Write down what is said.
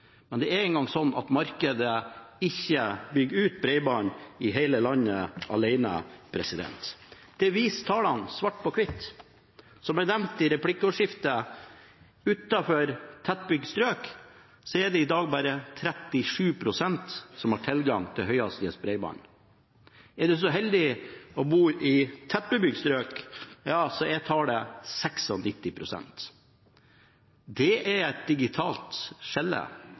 men det er engang slik at markedet ikke bygger ut bredbånd i hele landet alene. Det viser tallene, svart på hvitt. Som jeg nevnte i replikkordskiftet: Utenfor tettbygd strøk er det i dag bare 37 pst. som har tilgang til høyhastighetsbredbånd. Er man så heldig å bo i tettbygd strøk, er tallet 96 pst. Det er et digitalt